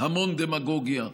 המון דמגוגיה,